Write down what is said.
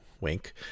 wink